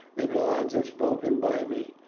the gods have spoken by me.